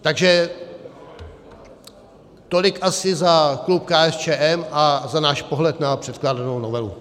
Takže tolik asi za klub KSČM a za náš pohled na předkládanou novelu.